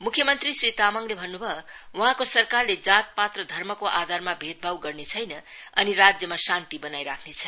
म्ख्य मंत्री श्री तामाङले भन्न्भयो वहाँको सरकारले जात पात र धर्मको आधारमा भेदभाव गर्नेछैन अनि राज्यमा शान्ति बनाई राख्नेछ